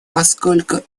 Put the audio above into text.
поскольку